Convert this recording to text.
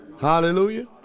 Hallelujah